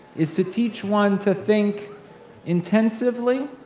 is to teach one to think intensively,